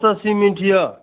सा सिमिन्ट यऽ